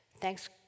Thanks